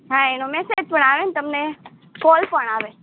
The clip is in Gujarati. હા એનો મેસેજ પણ આવે ને તમને અને કોલ પણ આવે